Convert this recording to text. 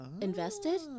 invested